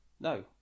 no